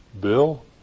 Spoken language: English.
Bill